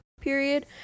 period